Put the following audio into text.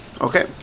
okay